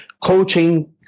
coaching